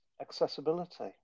accessibility